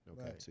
okay